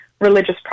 religious